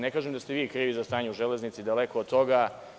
Ne kažem da ste vi krivi za stanje u železnici, daleko od toga.